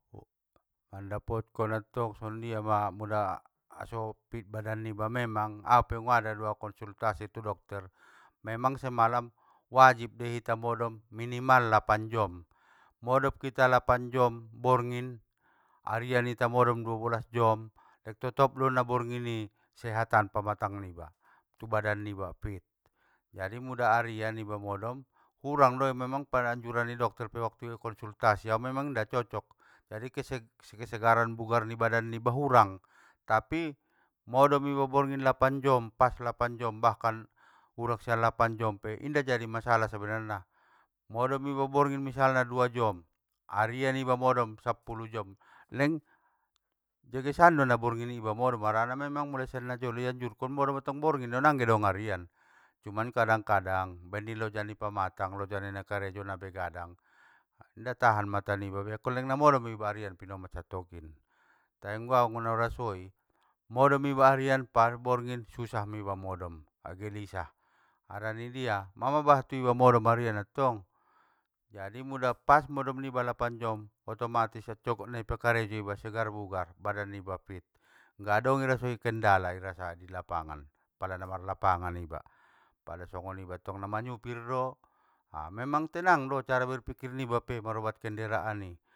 Pandapotkon tong songondia ma mula aso fit badan niba memang aupe ngungada dau konsultasi tu dokter, memang semalam wajib dei hita modom minimal lapan jam, modom kita lapan jam borngin, arian ita modom duabolas jom, totop do na borngini sehatan pamatang niba tu badan niba fit, jadi muda arian iba modom, hurang doei memang pala anjuran ni dokter pe waktui nggokonsuktasi au inda cocok, jadi kesek- kesegaran bugaran badan nibai hurang, tapi modom iba bornggin lapan jom, pas lapan jam bahkan urang sian lapan jam pe, inda jadi masalah sebenarna, modom iba borngin misalna dua jom arian iba modom sappulu jom leng, degesan diba na borngini modom, harana memang mule sian najolo ianjurkon modom antong borngindo, nangge dong arian. Cuman kadang kadang, baen niloja di pamatang loja ni karejo nabegadang, inda tahan mata niba be angkon leng namodom iba arian pinomat sattokkin, tai au anggo naurasoi modom iba arian par borngin susah mei iba modom, gelisah harani didia, ma mabahat tu iba modom arian attong, jadi mula pas modom niba lapan jom otomatis ancogot nai iba karejo iba segar bugar, badan niba fit, nggadong irasa kendala irasa ilapangan, pala namarlapangan iba. Pala songon iba tong namanyupir do a memang tenang do, cara marpikir niba pe maroban kendaraan i.